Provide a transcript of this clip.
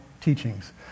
teachings